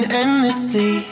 endlessly